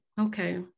Okay